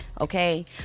Okay